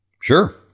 sure